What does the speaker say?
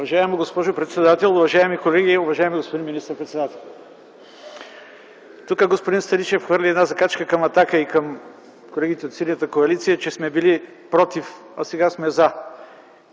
Уважаема госпожо председател, уважаеми колеги, уважаеми господин министър-председател! Тук господин Станишев хвърли една закачка към „Атака” и към колегите от Синята коалиция, че сме били „против”, а сега сме „за”